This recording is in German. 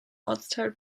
ortsteil